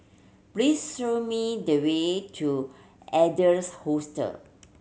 please show me the way to Adler's Hostel